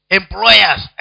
employers